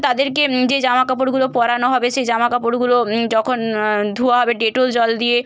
তাদেরকে যে জামা কাপড়গুলো পরানো হবে সেই জামা কাপড়গুলো যখন ধোয়া হবে ডেটল জল দিয়ে